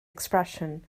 expression